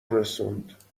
رسوند